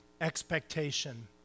expectation